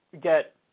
get